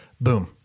boom